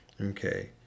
Okay